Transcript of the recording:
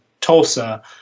Tulsa